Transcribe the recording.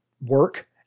work